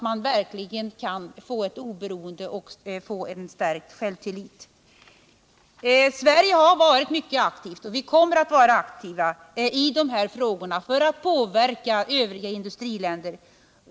Sverige har i dessa frågor varit mycket aktivt — och kommer att fortsätta att vara det — för att påverka övriga industriländer.